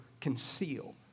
conceal